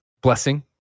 Blessing